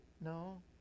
No